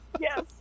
Yes